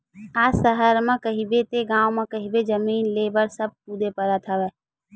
आज सहर म कहिबे ते गाँव म कहिबे जमीन लेय बर सब कुदे परत हवय